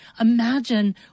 Imagine